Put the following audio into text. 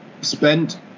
spent